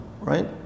Right